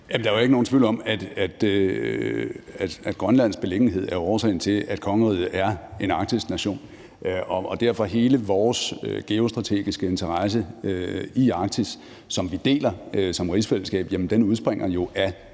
Der er jo ikke nogen tvivl om, at Grønlands beliggenhed er årsagen til, at kongeriget er en arktisk nation. Hele vores geostrategiske interesse i Arktis, som vi deler som rigsfællesskab, jamen den udspringer af